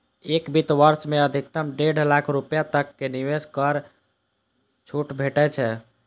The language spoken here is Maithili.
एक वित्त वर्ष मे अधिकतम डेढ़ लाख रुपैया तक के निवेश पर कर छूट भेटै छै